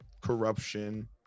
corruption